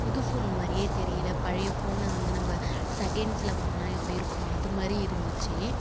புது ஃபோன் மாதிரியே தெரியல பழைய ஃபோனை வந்து நம்ம செக்கெண்ட்ஸில் வாங்கினா எப்படி இருக்கும் அதுமாதிரி இருந்துச்சு